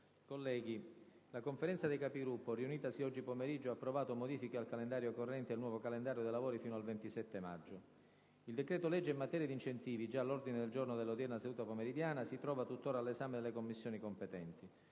Colleghi, la Conferenza dei Capigruppo, riunitasi oggi pomeriggio, ha approvato modifiche al calendario corrente e il nuovo calendario dei lavori fino al 27 maggio. Il decreto-legge in materia di incentivi, già all'ordine del giorno dell'odierna seduta, si trova tuttora all'esame delle Commissioni competenti.